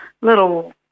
little